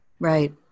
Right